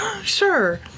sure